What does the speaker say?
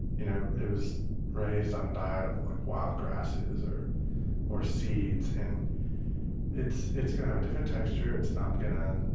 you know it was raised on a diet of like wild grasses or or seeds and it's it's going to have a different texture. it's not going to